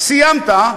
סיימת,